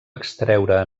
extreure